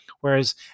whereas